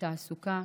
בתעסוקה,